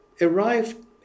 arrived